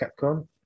Capcom